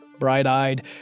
bright-eyed